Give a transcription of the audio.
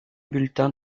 bulletin